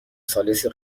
ثالثی